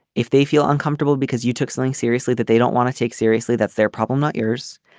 if they feel uncomfortable because you took something seriously that they don't want to take seriously that's their problem not yours.